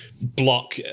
block